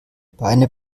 beine